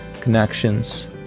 connections